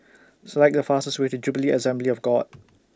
Select The fastest Way to Jubilee Assembly of God